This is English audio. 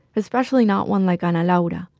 especially not one like ana laura,